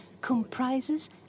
comprises